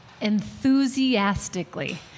enthusiastically